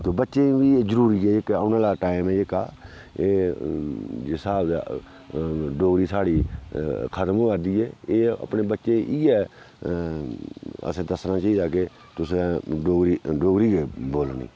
ते बच्चें बी जरूरी ऐ औना आह्ला टैम ऐ जेह्का एह् जिस स्हाब दा डोगरी साढ़ी खतम होआ दी ऐ एह् अपने बच्चें इयै असें दस्सना चाहिदा के तुसें डोगरी डोगरी गै बोलनी